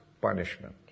punishment